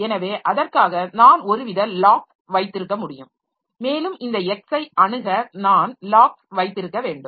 எனவே அதற்காக நான் ஒருவித லாக்ஸ் வைத்திருக்க முடியும் மேலும் இந்த x ஐ அணுக நான் லாக்ஸ் வைத்திருக்க வேண்டும்